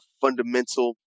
fundamental